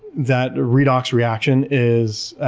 that redox reaction is